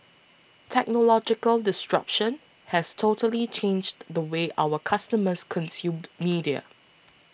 technological has totally changed the way our customers consumed media